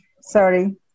sorry